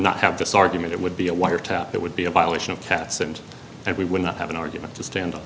not have this argument it would be a wiretap it would be a violation of cats and and we would not have an argument to stand